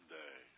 day